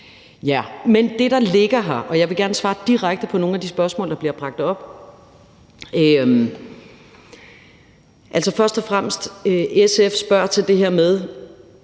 til det, der ligger her, vil jeg gerne svare direkte på nogle af de spørgsmål, der bliver bragt op. Først og fremmest spørger SF til det her med,